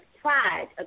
pride